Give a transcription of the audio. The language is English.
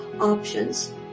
options